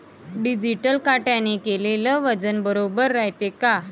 Digital काट्याने केलेल वजन बरोबर रायते का?